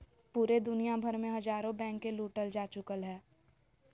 पूरे दुनिया भर मे हजारो बैंके लूटल जा चुकलय हें